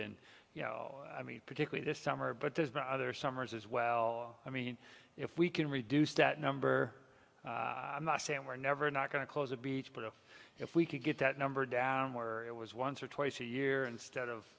and you know i mean particularly this summer but there's no other summers as well i mean if we can reduce that number i'm not saying we're never not going to close a beach but if we could get that number down where it was once or twice a year instead of